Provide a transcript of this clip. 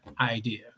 idea